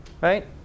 right